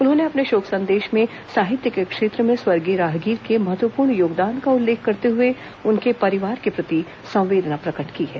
उन्होंने अपने शोक संदेश में साहित्य के क्षेत्र में स्वर्गीय राहगीर के महत्वपूर्ण योगदान का उल्लेख करते हुए उनके परिवार के प्रति संवेदना प्रकट की है